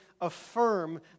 affirm